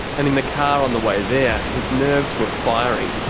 and in the car on the way there, his nerves were firing.